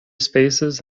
spaces